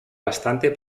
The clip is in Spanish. bastante